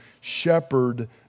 shepherd